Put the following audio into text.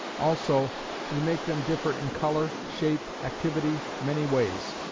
also we make them differ in colour, shape, activity, many ways.